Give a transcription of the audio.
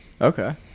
okay